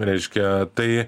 reiškia tai